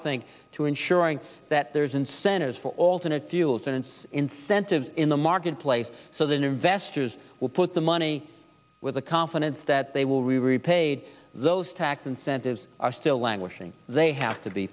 think to ensuring that there's incentives for alternate fuels and its incentives in the marketplace so the new investors will put the money with the confidence that they will repay those tax incentives are still languishing they have to be